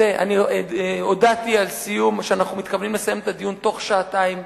אני הודעתי שאנחנו מתכוונים לסיים את הדיון תוך שעתיים,